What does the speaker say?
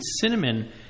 cinnamon